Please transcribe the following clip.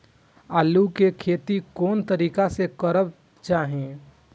आलु के खेती कोन तरीका से करबाक चाही?